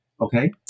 Okay